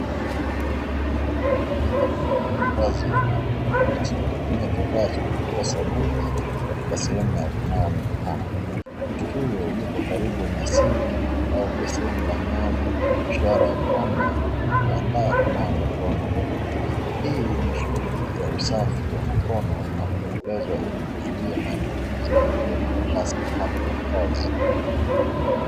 Mtu huyu amevaa mavazi ya kijani kibichi, akitumia kifaa cha kuto sabuni, katika sehemu ya kunawa mikono, mtu huyu yuko karibu na sinki, au beseni la maji ishara ya kwamba anajiandaa kunawa mikono, hii ni shughuli ya usafi ya mikono na hutekelezwa ili kuzuia maambukizi ya magonjwa haswaa mahali pa kazi.